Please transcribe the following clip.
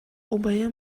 убайа